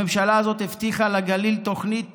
הממשלה הזאת הבטיחה לגליל תוכנית